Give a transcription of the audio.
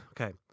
Okay